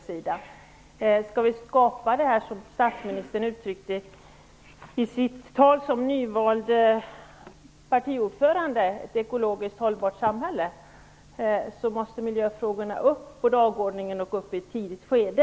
Om vi skall skapa det som statsministern uttryckte i sitt tal som nyvald partiordförande, nämligen ett ekologiskt hållbart samhälle, måste miljöfrågorna upp på dagordningen i ett tidigt skede.